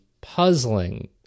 puzzling